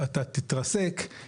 אני פירטתי ארבעה דברים שונים עכשיו,